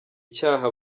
icyaha